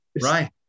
Right